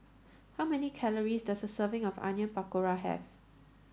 how many calories does a serving of Onion Pakora have